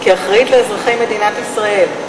כאחראית לאזרחי מדינת ישראל,